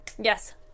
Yes